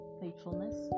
faithfulness